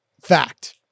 fact